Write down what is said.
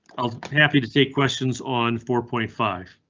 happy to take questions on four point five.